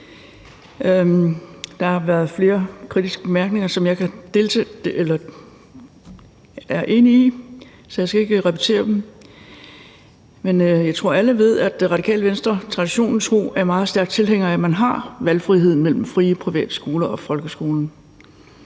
Der har været flere kritiske bemærkninger, som jeg er enig i, så jeg skal ikke repetere dem. Men jeg tror, at alle ved, at Det Radikale Venstre traditionen tro er meget stærk tilhænger af, at man har valgfriheden mellem fri- og privatskoler og folkeskolen,